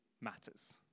matters